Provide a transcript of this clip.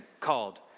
called